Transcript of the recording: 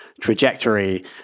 trajectory